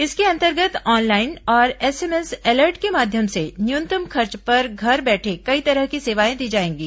इसके अंतर्गत ऑनलाइन और एसएमएस एलर्ट के माध्यम से न्यूनतम खर्च पर घर बैठे कई तरह की सेवाएं दी जाएंगी